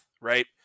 right